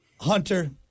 Hunter